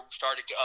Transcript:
started